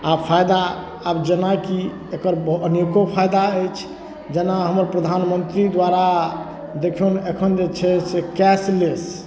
आब फाइदा आब जेनाकि एकर बऽ अनेको फायदा अछि जेना हमर प्रधानमन्त्री द्वारा देखियौन एखन जे छै से कैश लेस